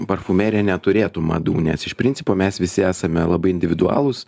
parfumerija neturėtų madų nes iš principo mes visi esame labai individualūs